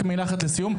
מילה אחת לסיום.